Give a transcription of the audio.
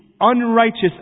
unrighteous